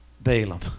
Balaam